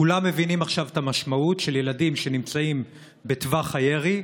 כולם מבינים עכשיו את המשמעות של ילדים שנמצאים בטווח הירי,